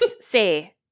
Say